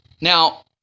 Now